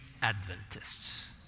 Adventists